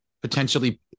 potentially